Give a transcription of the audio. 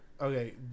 okay